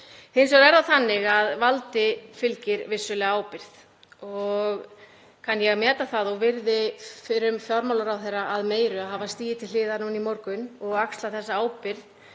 Hins vegar er það þannig að valdi fylgir vissulega ábyrgð og kann ég að meta það og virði fjármálaráðherra meira fyrir að hafa stigið til hliðar núna í morgun og axlað þessa ábyrgð